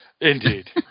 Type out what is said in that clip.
Indeed